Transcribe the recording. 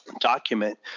document